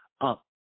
up